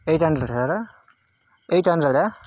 eight hundred sir eight హండ్రెడా